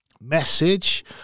message